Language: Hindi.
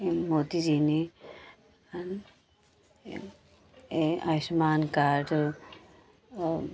ये मोदी जी ने ये आयुष्मान कार्ड और